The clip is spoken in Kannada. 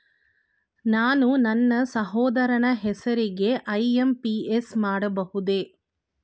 ನಾನು ನನ್ನ ಸಹೋದರನ ಹೆಸರಿಗೆ ಐ.ಎಂ.ಪಿ.ಎಸ್ ಮಾಡಬಹುದೇ?